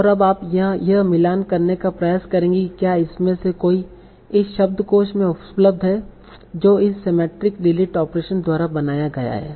और अब आप यह मिलान करने का प्रयास करेंगे कि क्या इसमें से कोई इस शब्दकोश में उपलब्ध है जो इस सिमेट्रिक डिलीट ऑपरेशन द्वारा बनाया गया है